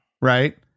right